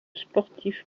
sportif